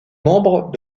membre